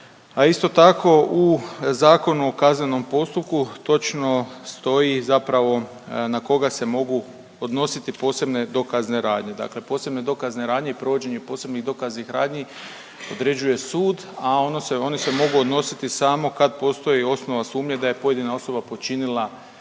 a isto tako u Zakonu o kaznenom postupku točno stoji zapravo na koga se mogu odnositi posebne dokazne radnje. Dakle, posebne dokazne radnje i provođenje posebnih dokaznih radnji određuje sud, a ono se, oni se mogu odnositi samo kad postoji osnovana sumnja da je pojedina osoba počinila